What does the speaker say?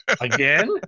Again